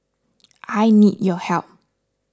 I need your help